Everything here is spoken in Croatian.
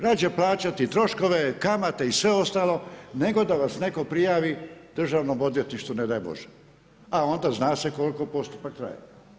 Rađe plaćati troškove, kamate i sve ostalo, nego da vas netko prijavi Državnom odvjetništvu, ne daj Bože, a onda zna se koliko postupak traje.